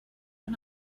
but